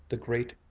the great,